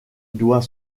doit